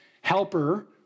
helper